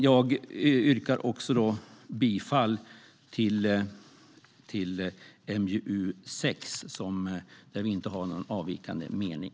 Jag yrkar bifall till förslaget i MJU6, där vi inte har någon avvikande mening.